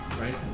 Right